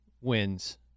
Wins